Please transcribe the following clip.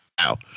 wow